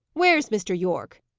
where's mr. yorke?